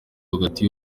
hagati